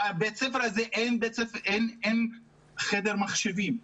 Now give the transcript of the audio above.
בבית ספר חיוואר אין חדר מחשבים,